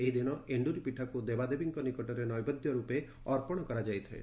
ଏହି ଦିନ ଏଣ୍ଣୁରୀ ପୀଠାକୁ ଦେବାଦେବୀଙ୍କ ନିକଟରେ ନୈବେଦ୍ୟ ରୂପେ ଅର୍ପଶ କରାଯାଇଥାଏ